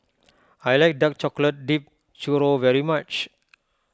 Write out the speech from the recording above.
I like Dark Chocolate Dipped Churro very much